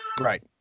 right